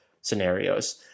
scenarios